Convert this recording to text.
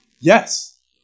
yes